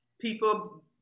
people